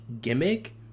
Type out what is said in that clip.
gimmick